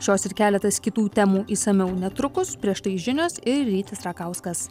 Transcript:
šios ir keletas kitų temų išsamiau netrukus prieš tai žinios ir rytis rakauskas